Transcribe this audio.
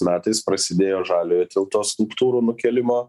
metais prasidėjo žaliojo tilto skulptūrų nukėlimo